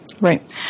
Right